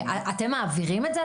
אתם מעבירים את זה?